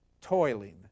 toiling